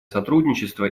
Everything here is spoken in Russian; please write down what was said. сотрудничество